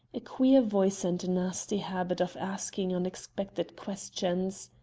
a queer voice and a nasty habit of asking unexpected questions.